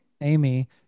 Amy